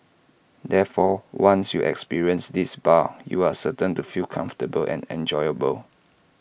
therefore once you experience this bar you are certain to feel comfortable and enjoyable